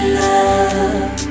love